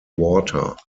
water